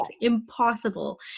Impossible